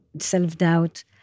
self-doubt